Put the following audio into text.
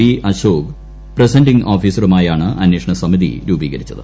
B Ashok presenting ഓഫീസറായുമാണ് അന്വേഷണ സമിതി രൂപീകരിച്ചത്